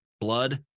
Blood